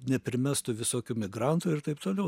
neprimestų visokių migrantų ir taip toliau